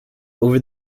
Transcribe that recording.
over